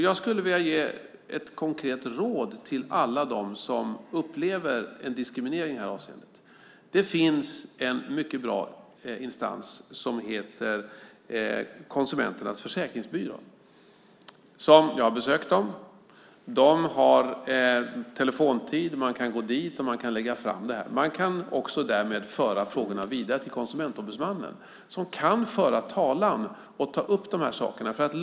Jag skulle vilja ge ett konkret råd till alla som upplever en diskriminering i detta avseende. Det finns en mycket bra instans som heter Konsumenternas försäkringsbyrå. Jag har besökt dem. De har telefontid, och man kan gå dit och lägga fram detta. Man kan därmed också föra frågorna vidare till Konsumentombudsmannen som kan föra talan och ta upp dessa frågor.